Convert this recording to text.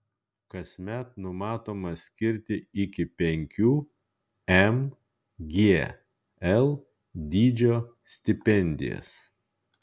kasmet numatoma skirti iki penkių mgl dydžio stipendijas